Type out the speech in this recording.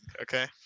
okay